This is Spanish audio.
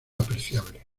apreciable